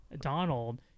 donald